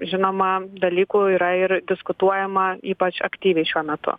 žinoma dalykų yra ir diskutuojama ypač aktyviai šiuo metu